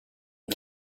and